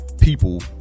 people